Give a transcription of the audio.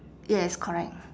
yes correct